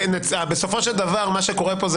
בסופו של דבר מה שקורה פה,